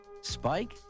Spike